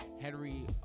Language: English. Henry